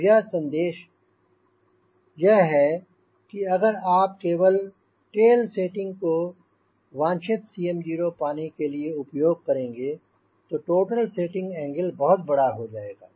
तो संदेश यह है कि अगर आप केवल टेल सेटिंग एंगल को वांछित 𝐶mo पाने के लिए उपयोग करेंगे टोटल सेटिंग एंगल बहुत बड़ा हो जाएगा